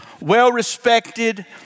well-respected